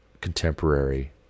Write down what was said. contemporary